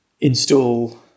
install